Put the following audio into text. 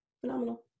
phenomenal